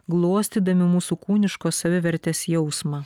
glostydami mūsų kūniškos savivertės jausmą